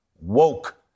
woke